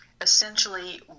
essentially